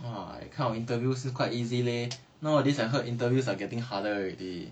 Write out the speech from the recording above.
!wah! that kind of interviews still quite easily leh nowadays I heard interviews are getting harder already